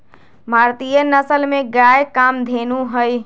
भारतीय नसल में गाय कामधेनु हई